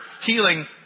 healing